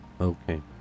Okay